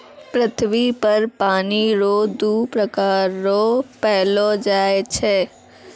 पृथ्वी पर पानी रो दु प्रकार रो पैलो जाय छै